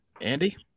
Andy